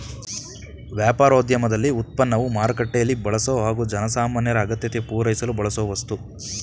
ವ್ಯಾಪಾರೋದ್ಯಮದಲ್ಲಿ ಉತ್ಪನ್ನವು ಮಾರುಕಟ್ಟೆಲೀ ಬಳಸೊ ಹಾಗು ಜನಸಾಮಾನ್ಯರ ಅಗತ್ಯತೆ ಪೂರೈಸಲು ಬಳಸೋವಸ್ತು